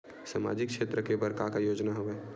सामाजिक क्षेत्र के बर का का योजना हवय?